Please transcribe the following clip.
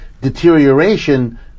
deterioration